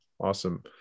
Awesome